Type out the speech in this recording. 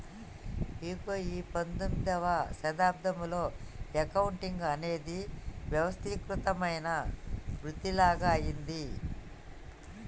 ఇగో ఈ పందొమ్మిదవ శతాబ్దంలో అకౌంటింగ్ అనేది వ్యవస్థీకృతమైన వృతిలాగ అయ్యింది